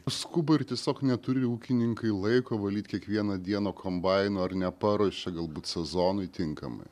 skuba ir tiesiog neturi ūkininkai laiko valyt kiekvieną dieną kombaino ar neparuošia galbūt sezonui tinkamai